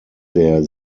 der